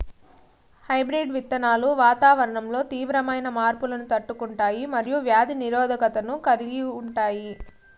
hybrid విత్తనాలు వాతావరణంలో తీవ్రమైన మార్పులను తట్టుకుంటాయి మరియు వ్యాధి నిరోధకతను కలిగి ఉంటాయి